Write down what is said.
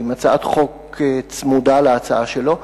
עם הצעת חוק צמודה להצעה שלו,